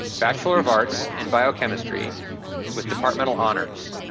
bachelor of arts in biochemistry with departmental honors,